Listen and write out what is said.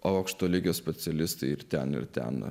aukšto lygio specialistai ir ten ir ten